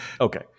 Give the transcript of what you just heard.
Okay